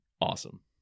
awesome